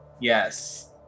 Yes